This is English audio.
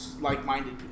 like-minded